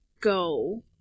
go